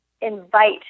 Invite